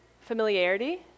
Familiarity